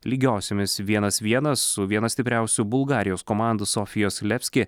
lygiosiomis vienas vienas su viena stipriausių bulgarijos komandų sofijos lefski